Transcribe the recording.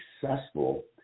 successful